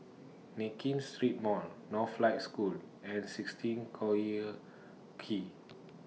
Nankin Street Mall Northlight School and sixteen Collyer Quay